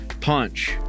Punch